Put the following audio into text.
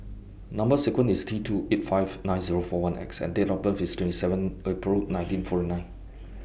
Number sequence IS T two eight five nine Zero four one X and Date of birth IS twenty seven April nineteen forty nine